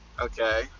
okay